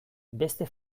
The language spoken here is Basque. beste